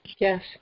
Yes